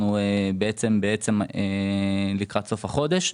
אנחנו נמצאים לקראת סוף החודש.